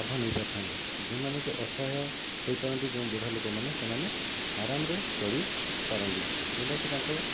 ଲାଭ ନେଇପାରିଥାନ୍ତି ଯେଉଁମାନେ ଅସହାୟ ହୋଇପଡ଼ନ୍ତି ଯେଉଁ ବୁଢ଼ା ଲୋକମାନେ ସେହିମାନେ ଆରାମରେ ଚଳିପାରନ୍ତି ଯେଉଁଟା କି ତାଙ୍କ